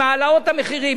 עם העלאות המחירים,